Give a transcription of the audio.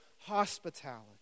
hospitality